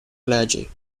clergy